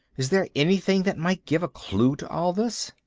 is there anything that might give a clue to all this?